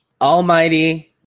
Almighty